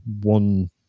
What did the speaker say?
one